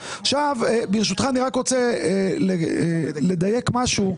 ברשותך, אני רק רוצה לדייק משהו.